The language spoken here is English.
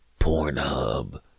Pornhub